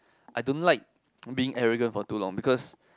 I don't like being arrogant for too long because